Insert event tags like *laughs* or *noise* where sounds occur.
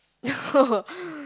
no *laughs*